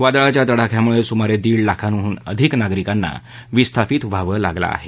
वादळाच्या तडाख्यामुळे सुमारे दीड लाखांहून अधिक नागरिकांना विस्थापीत व्हावं लागलं आहे